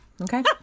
Okay